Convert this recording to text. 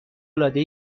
العاده